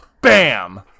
bam